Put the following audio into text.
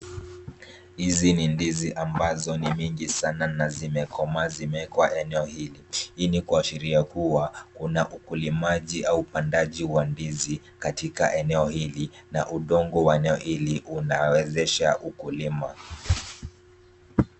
Hizi ni ndizi ambazo ni mingi sana na zimekomaa zimewekwa eneo hili. Hii ni kuashiria kuwa kuna ukulimaji au upandaji wa ndizi katika eneo hili na udongo wa eneo hili unawezesha ukulima.